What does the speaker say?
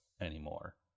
anymore